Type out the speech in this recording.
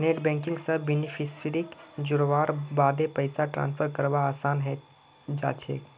net banking स बेनिफिशियरीक जोड़वार बादे पैसा ट्रांसफर करवा असान है जाछेक